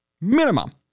Minimum